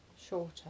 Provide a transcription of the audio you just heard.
Shorter